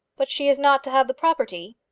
but she is not to have the property?